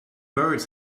birds